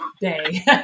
day